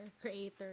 creator